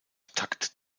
takt